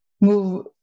move